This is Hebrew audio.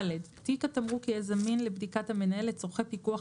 עוד שאלה